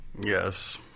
Yes